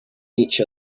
each